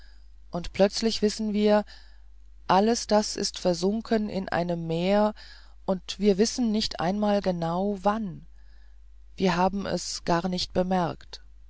und plötzlich wissen wir alles das ist versunken in einem meer und wir wissen nicht einmal genau wann wir haben es gar nicht bemerkt